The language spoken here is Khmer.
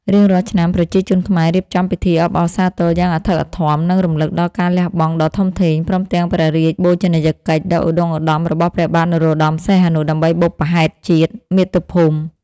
រៀងរាល់ឆ្នាំ ប្រជាជនខ្មែររៀបចំពិធីអបអរសាទរយ៉ាងអធិកអធម និងរំឭកដល់ការលះបង់ដ៏ធំធេង ព្រមទាំងព្រះរាជបូជនីយកិច្ចដ៏ឧត្តុង្គឧត្តមរបស់ព្រះបាទនរោត្ដម សីហនុ ដើម្បីបុព្វហេតុជាតិ មាតុភូមិ។